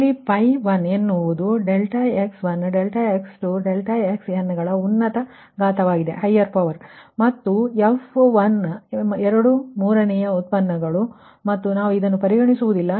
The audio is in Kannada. ಇಲ್ಲಿ 𝛹1 ಎನ್ನುವುದು ∆x1 ∆x2 ∆xn ಗಳ ಉನ್ನತ ಘಾತವಾಗಿದೆ ಮತ್ತು f1 ನ ಎರಡು ಮೂರನೇ ಡಿರೈವಿಟಿಗಳನ್ನು ಮತ್ತು ನಾವು ಇದನ್ನು ಪರಿಗಣಿಸುವುದಿಲ್ಲ